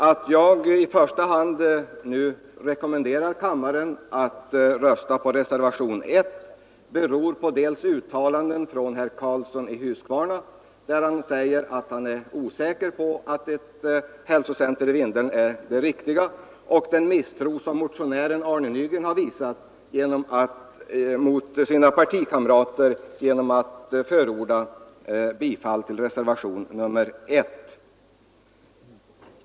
Att jag i första hand rekommenderar kammaren att rösta på reservationen 1 beror på dels uttalanden från herr Karlsson i Huskvarna där han säger att han är osäker om att ett hälsocentrum i Vindeln är riktigt, dels den misstro mot sina partikamrater som motionären herr Nygren har visat genom att förorda bifall till reservationen 1.